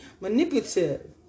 manipulative